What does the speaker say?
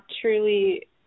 truly